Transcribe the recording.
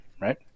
right